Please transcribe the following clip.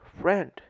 friend